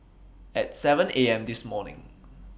At seven A M This morning